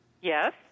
Yes